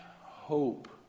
hope